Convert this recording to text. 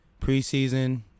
Preseason